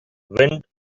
wind